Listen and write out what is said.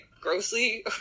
grossly